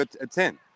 attend